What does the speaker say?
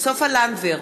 סופה לנדבר,